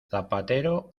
zapatero